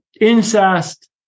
incest